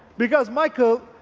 because michael,